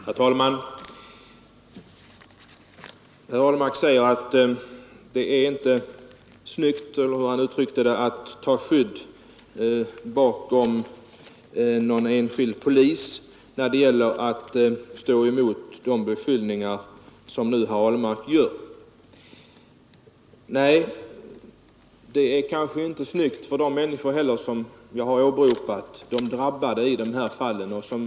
Herr talman! Herr Ahlmark säger att det är inte snyggt — eller hur det nu var han uttryckte det — att ta skydd bakom en enskild polisman när det gäller att stå emot de beskyllningar som herr Ahlmark här har framställt. Men jag har ju åberopat människor som blivit drabbade av de påtalade brotten. Det är dem som jag ömmar för.